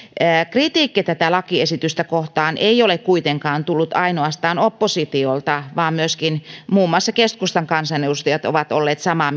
kritiikki tätä lakiesitystä kohtaan ei ole kuitenkaan tullut ainoastaan oppositiolta vaan myöskin muun muassa keskustan kansanedustajat ovat olleet samaa